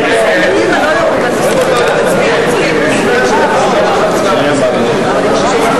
ההסתייגות של קבוצת סיעת מרצ וקבוצת סיעת קדימה לסעיף 2 לא